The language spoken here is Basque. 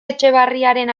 etxebarriaren